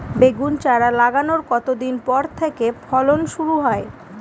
বেগুন চারা লাগানোর কতদিন পর থেকে ফলন শুরু হয়?